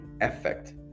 effect